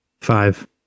Five